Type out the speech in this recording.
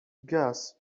guess